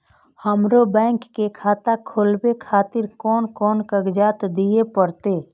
हमरो बैंक के खाता खोलाबे खातिर कोन कोन कागजात दीये परतें?